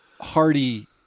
hardy